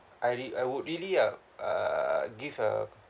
I re~ I would really ah uh give a